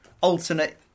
alternate